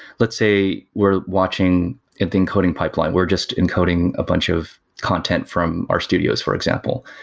let's say we're watching anything encoding pipeline, we're just encoding a bunch of content from our studios for example.